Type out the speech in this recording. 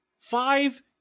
five